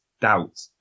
doubt